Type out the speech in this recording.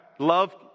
Love